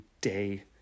day